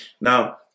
now